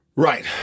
Right